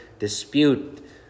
dispute